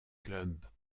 clubs